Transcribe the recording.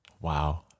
Wow